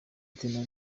ati